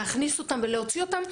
להכניס אותם ולהוציא אותם,